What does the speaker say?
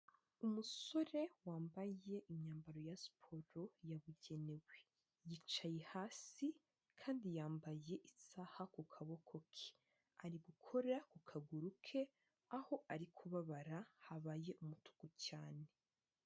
Umusore wambaye imyambaro ya siporo yabugenewe, yicaye hasi kandi yambaye isaha ku kaboko ke, ari gukora ku kaguru ke aho ari kubabara habaye umutuku cyane.